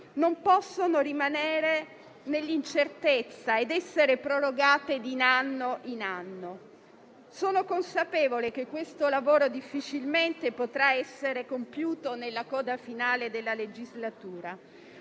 non possono rimanere nell'incertezza ed essere prorogate di anno in anno. Sono consapevole che questo lavoro difficilmente potrà essere compiuto nella coda finale della legislatura,